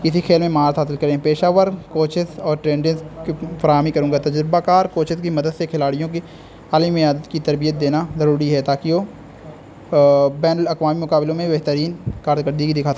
کسی کھیل میں مہارت حاصل کریں پیشہ ور کوچز اور ٹرینڈز کی فراہمی کروں گا تجربہ کار کوچز کی مدد سے کھلاڑیوں کی عالمی معیارات کی تربیت دینا ضروری ہے تاکہ وہ بین الاقوامی مقابلوں میں بہترین کارکردگی دکھا سکیں